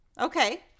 Okay